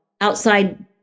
outside